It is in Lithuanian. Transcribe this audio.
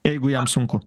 jeigu jam sunku